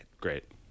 Great